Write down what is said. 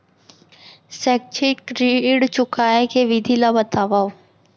शैक्षिक ऋण चुकाए के विधि ला बतावव